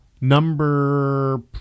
Number